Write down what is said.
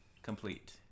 complete